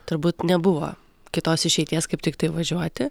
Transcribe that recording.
turbūt nebuvo kitos išeities kaip tiktai važiuoti